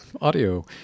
audio